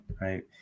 right